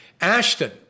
Ashton